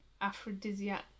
aphrodisiac